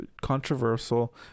controversial